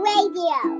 Radio